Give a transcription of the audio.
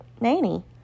Nanny